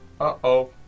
Uh-oh